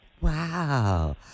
Wow